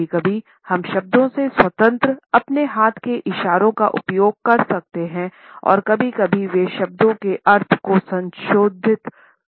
कभी कभी हम शब्दों से स्वतंत्र अपने हाथ के इशारों का उपयोग कर सकते हैं और कभी कभी वे शब्दों के अर्थ को संशोधित कर सकते हैं